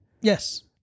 Yes